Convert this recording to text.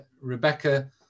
Rebecca